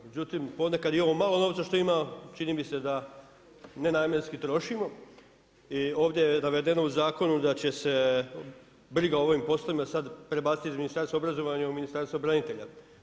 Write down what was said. Međutim, ponekad i ovo malo novca što ima, čini mi se da nenamjenski trošimo i ovdje je navedeno u zakonu da će se briga o ovim poslovima sad prebaciti iz Ministarstva obrazovanja u Ministarstvo branitelja.